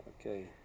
Okay